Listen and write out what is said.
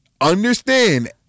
understand